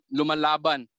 lumalaban